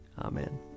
Amen